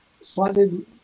slightly